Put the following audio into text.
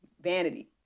Vanity